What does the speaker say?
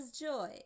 joy